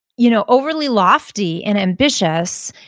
you know overly lofty and ambitious,